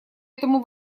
этому